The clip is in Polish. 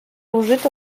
użyto